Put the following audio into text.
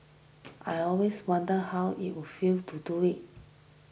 I always wondered how it would feel to do it